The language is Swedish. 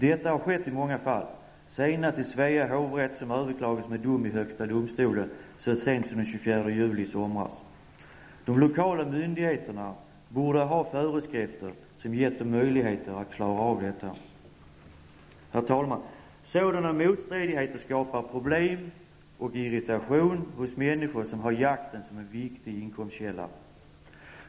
Detta har skett i många fall, senast i Svea hovrätt i en dom som överklagats till högsta domstolen, så sent som den 24 juli i somras. De lokala myndigheterna borde ha föreskrifter som gett dem möjligheter att klara av detta. Herr talman! Sådana motstridigheter skapar problem och irritation hos människor som har jakten som en viktig inkomstkälla.